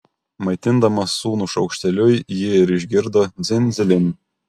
maitindama sūnų šaukšteliu ji ir išgirdo dzin dzilin